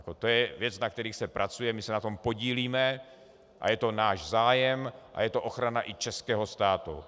To je věc, na které se pracuje, my se na tom podílíme a je to náš zájem a je to ochrana i českého státu.